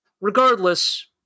regardless